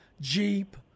Jeep